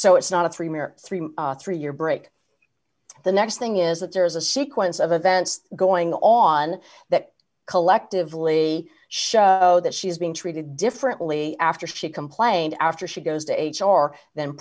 so it's not a three mere thirty three year break the next thing is that there is a sequence of events going on that collectively show that she is being treated differently after she complained after she goes to